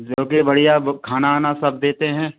जो कि बढ़िया वो खाना वाना सब देते हैं